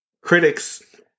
critics